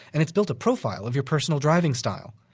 and it's built a profile of your personal driving style.